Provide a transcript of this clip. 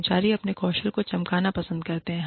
कर्मचारी अपने कौशल को चमकाना पसंद करते हैं